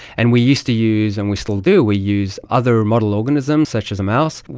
and we used to use, and we still do, we use other model organisms such as a mouse,